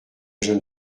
jeune